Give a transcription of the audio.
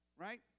right